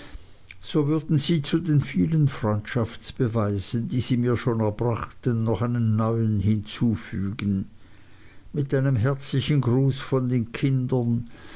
so würden sie zu den vielen freundschaftsbeweisen die sie mir schon erbrachten noch einen neuen hinzufügen mit einem herzlichen gruß von den kindern